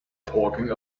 talking